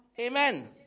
Amen